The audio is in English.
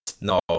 No